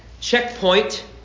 checkpoint